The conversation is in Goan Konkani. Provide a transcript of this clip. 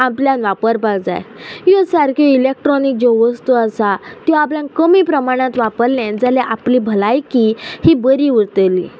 आपल्यान वापरपाक जाय ह्यो सारक्यो इलेक्ट्रोनीक ज्यो वस्तू आसा त्यो आपल्यान कमी प्रमाणांत वापरले जाल्यार आपली भलायकी ही बरी उरतली